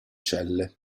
celle